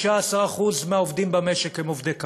15% מהעובדים במשק הם עובדי קבלן,